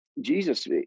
Jesus